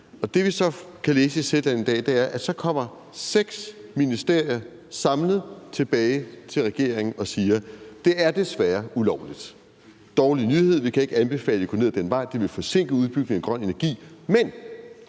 Det, vi så kan læse i Zetland, er, at så kommer seks ministerier samlet tilbage til regeringen og siger: Det er desværre ulovligt; det er en dårlig nyhed – vi kan ikke anbefale jer at gå ned ad den vej, for det vil forsinke udbygningen af grøn energi,